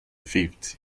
fifth